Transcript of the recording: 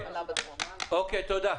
תודה.